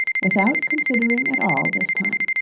without considering at all this time.